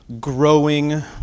growing